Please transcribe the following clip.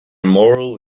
moral